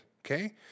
Okay